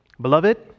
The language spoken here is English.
beloved